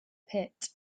pit